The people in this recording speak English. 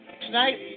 Tonight